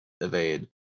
evade